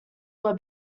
were